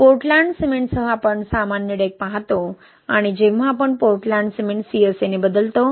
Portland सिमेंटसह आपण सामान्य डेक पाहतो आणि जेव्हा आपण पोर्टलँड सिमेंट CSA ने बदलतो